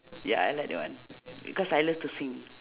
ya I like that one because I love to sing